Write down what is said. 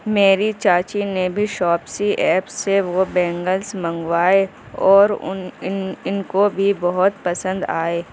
میری چاچی نے بھی شاپسی ایپ سے وہ بینگلس منگوائے اور ان ان ان کو بھی بہت پسند آئے